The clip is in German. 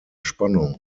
spannung